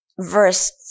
verse